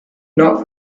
not